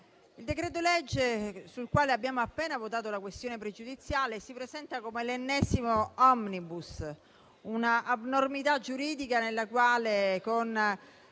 il decreto-legge sul quale abbiamo appena votato la questione pregiudiziale si presenta come l'ennesimo provvedimento *omnibus*, un'abnormità giuridica nella quale, con